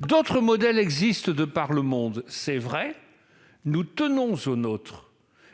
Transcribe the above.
D'autres modèles existent de par le monde, mais nous tenons au nôtre,